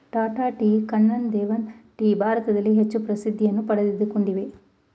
Tata tea, Kannan Devan tea ಭಾರತದಲ್ಲಿ ಹೆಚ್ಚು ಪ್ರಸಿದ್ಧಿಯನ್ನು ಪಡಕೊಂಡಿವೆ